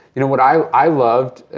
you know what i i loved,